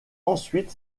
ensuite